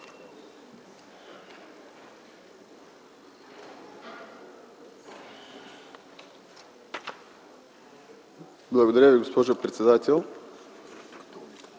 Благодаря Ви, госпожо председател.